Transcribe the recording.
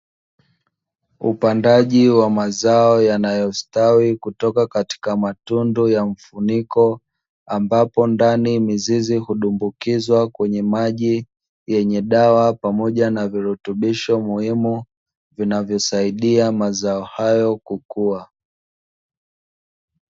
Upandaji wa mazao yanayostawi kutoka katika matundu ya mifuniko, ambapi ndani mizizi hutumbukizwa kwenye maji yenye dawa na virutubisho muhimu vinavyosaidia mazao hayo kukua.